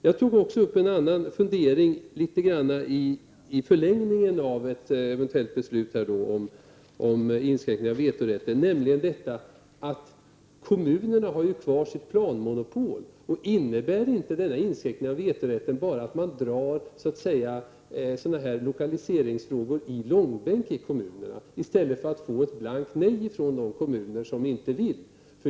Jag tog upp en annan fundering i förlängningen av ett eventuellt beslut om en inskränkning av vetorätten, nämligen att kommunerna har kvar sitt planmonopol. Innebär inte denna inskränkning av vetorätten att man bara drar lokaliseringsfrågor i långbänk i kommunerna i stället för att få ett blankt nej från de kommuner som inte vill?